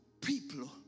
people